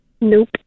Nope